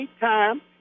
time